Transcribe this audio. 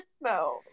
No